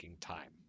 time